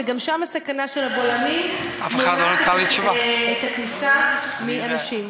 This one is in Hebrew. וגם שם הסכנה של הבולענים מונעת את הכניסה מאנשים.